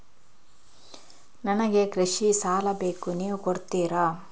ನನಗೆ ಕೃಷಿ ಸಾಲ ಬೇಕು ನೀವು ಕೊಡ್ತೀರಾ?